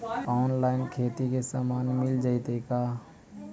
Online खेती के सामान मिल जैतै का?